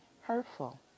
hurtful